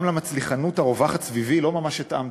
גם למצליחנות הרווחת סביבי לא ממש התאמתי.